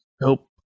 nope